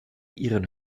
ihren